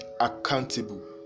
accountable